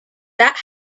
that